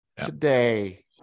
today